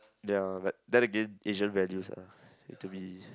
ya like then again Asian values ah need to be